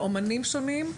מאומנים שונים,